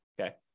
Okay